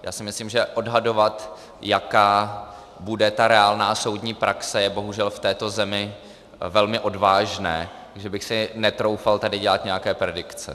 Já si myslím, že odhadovat, jaká bude ta reálná soudní praxe, je bohužel v této zemi velmi odvážné, že bych si netroufal tady dělat nějaké predikce.